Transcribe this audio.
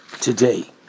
today